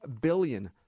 billion